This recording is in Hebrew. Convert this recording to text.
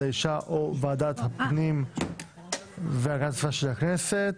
האישה או ועדת הפנים והגנת הסביבה של הכנסת.